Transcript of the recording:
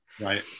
Right